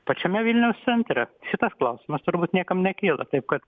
pačiame vilniaus centre šitas klausimas turbūt niekam nekyla kaip kad